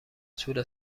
طول